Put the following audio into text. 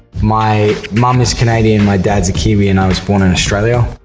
my mum is canadian, my dad's a kiwi, and i was born in australia.